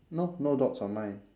no no dots on mine